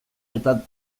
eta